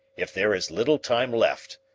if there is little time left,